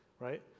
right